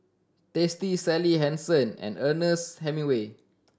Tasty Sally Hansen and Ernest Hemingway